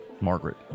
Margaret